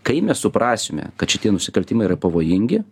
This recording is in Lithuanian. kai mes suprasime kad šitie nusikaltimai yra pavojingi